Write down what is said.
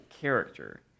character